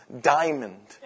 diamond